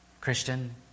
Christian